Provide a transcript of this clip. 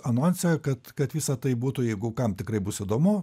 anonse kad kad visa tai būtų jeigu kam tikrai bus įdomu